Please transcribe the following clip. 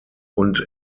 und